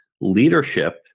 leadership